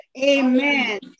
Amen